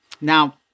Now